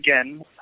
again